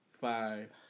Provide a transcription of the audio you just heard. five